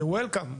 welcome.